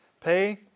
Pay